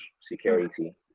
security